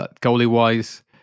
Goalie-wise